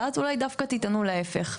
ואז אולי דווקא תטענו להיפך.